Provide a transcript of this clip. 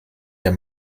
der